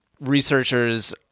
researchers